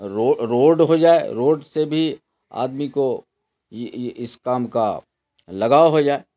road ہوئی جائے road سے بھی آدمی کو اس کام کا لگاؤ ہوئی جائے